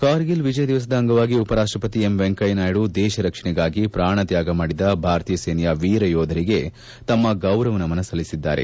ಕಾರ್ಗಿಲ್ ವಿಜಯ ದಿವಸದ ಅಂಗವಾಗಿ ಉಪರಾಷ್ಟಪತಿ ಎಂ ವೆಂಕಯ್ತನಾಯ್ದು ದೇಶ ರಕ್ಷಣೆಗಾಗಿ ಪ್ರಾಣ ತ್ವಾಗ ಮಾಡಿದ ಭಾರತೀಯ ಸೇನೆಯ ವೀರಯೋಧರಿಗೆ ತಮ್ಮ ಗೌರವ ನಮನ ಸಲ್ಲಿಸಿದ್ದಾರೆ